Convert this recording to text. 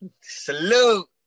Salute